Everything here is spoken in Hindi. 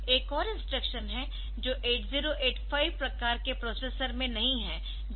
एक और इंस्ट्रक्शन है जो 8085 प्रकार के प्रोसेसर में नहीं है जो कि एक्सचेंज XCHG है